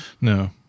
No